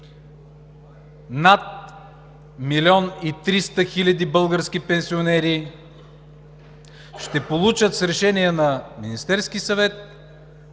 300 хиляди български пенсионери ще получат с решение на Министерския съвет